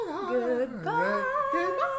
Goodbye